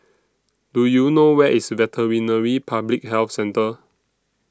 Do YOU know Where IS Veterinary Public Health Centre